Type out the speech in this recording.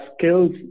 skills